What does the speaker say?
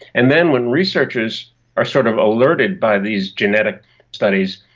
and then when researchers are sort of alerted by these genetic studies,